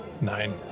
Nine